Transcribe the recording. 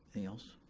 any else?